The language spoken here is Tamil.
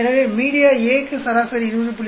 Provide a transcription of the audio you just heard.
எனவே மீடியா A க்கு சராசரி 20